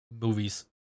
movies